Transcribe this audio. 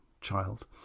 child